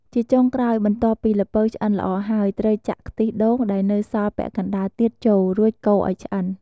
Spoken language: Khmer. ជាចុងក្រោយ បន្ទាប់ពីល្ពៅឆ្អិនល្អហើយ ត្រូវចាក់ខ្ទិះដូងដែលនៅសល់ពាក់កណ្តាលទៀតចូល រួចកូរឱ្យឆ្អិន។